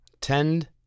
Tend